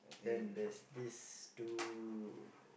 then there is these two